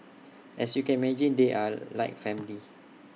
as you can imagine they are like family